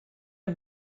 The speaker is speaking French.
est